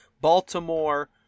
Baltimore